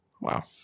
Wow